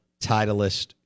Titleist